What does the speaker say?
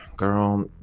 Girl